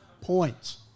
points